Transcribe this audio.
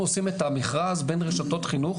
אנחנו עושים את המכרז בין רשתות חינוך